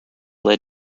led